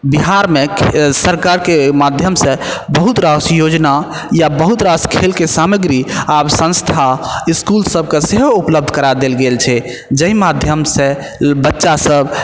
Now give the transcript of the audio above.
बिहारमे सरकारके माध्यमसँ बहुत रास योजना या बहुत रास खेलके सामग्री आब संस्था इसकुल सबके सेहो उपलब्ध करा देल गेल छै जाहि माध्यमसँ बच्चा सब